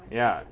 ya